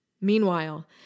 Meanwhile